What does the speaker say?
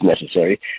necessary